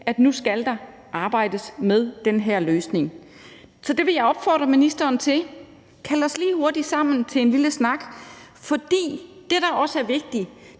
at nu skal der arbejdes med den her løsning. Så det vil jeg opfordre ministeren til: Kald os lige hurtigt sammen til en lille snak. For det, der også er vigtigt,